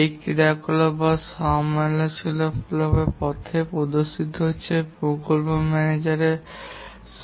এটি সেই ক্রিয়াকলাপ যা সমালোচনামূলক পথে প্রদর্শিত হচ্ছে প্রকল্প ম্যানেজার